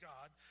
God